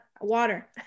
water